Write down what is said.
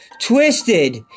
twisted